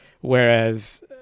whereas